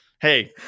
Hey